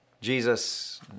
Jesus